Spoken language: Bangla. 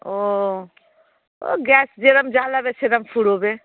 ও ও গ্যাস যেরকম জ্বালাবে সেরকম ফুুরবে